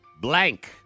blank